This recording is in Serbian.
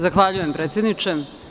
Zahvaljujem predsedniče.